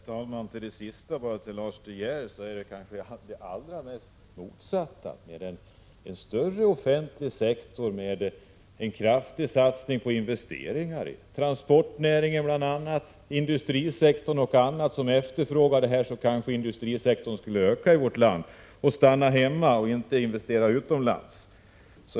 Herr talman! Med anledning av det som Lars De Geer sist sade vill jag betona att det snarare är motsatsen som gäller: med en större offentlig sektor och en kraftig satsning på investeringar, bl.a. inom transportnäringen och inom industrisektorn, vilka ökar efterfrågan på detta område, skulle kanske industrisektorn i vårt land öka och stanna hemma, dvs. avstå från att investera utomlands.